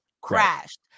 Crashed